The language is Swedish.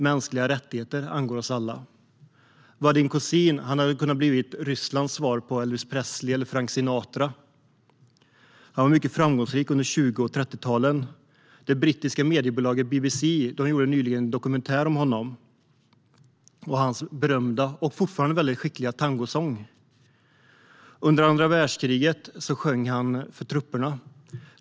Mänskliga rättigheter angår oss alla. Vadim Kozin hade kunnat bli Rysslands svar på Elvis Presley eller Frank Sinatra. Han var mycket framgångsrik under 20 och 30-talet. Det brittiska mediebolaget BBC gjorde nyligen en dokumentär om honom och hans berömda och skickliga tangosång. Under andra världskriget sjöng han för trupperna.